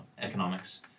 economics